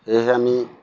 সেয়েহে আমি